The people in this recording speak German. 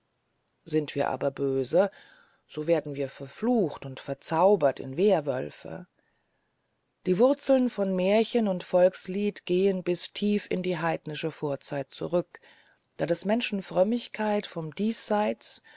sind wir aber böse so werden wir verflucht und verzaubert in werwölfe die wurzeln von märchen und volkslied gehen bis tief in die heidnische vorzeit zurück da des menschen frömmigkeit vom diesseits